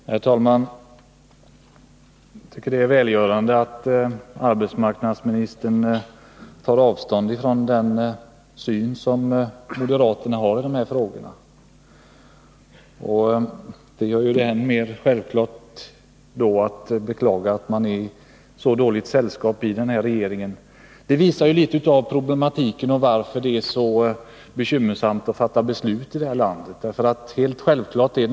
Herr talman! Jag tycker att det är välgörande att arbetsmarknadsministern tar avstånd från den syn som moderaterna har i dessa frågor. Det gör det än mer självklart att beklaga att man befinner sig i så dåligt sällskap i den här regeringen. Det är också orsaken till att det är så svårt att fatta beslut i det här landet.